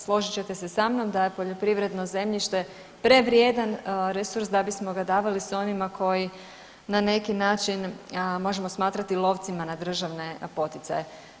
Složit ćete se sa mnom, da je poljoprivredno zemljište prevrijedan resurs da bismo ga davali onima koji na neki način možemo smatrati lovcima na državne poticaje.